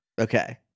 okay